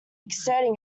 exerting